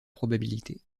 probabilité